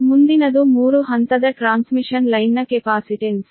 ಮುಂದಿನದು 3 ಹಂತದ ಟ್ರಾನ್ಸ್ಮಿಷನ್ ಲೈನ್ನ ಕೆಪಾಸಿಟೆನ್ಸ್